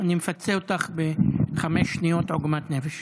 אני מפצה אותך בחמש שניות על עוגמת נפש,